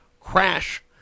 crash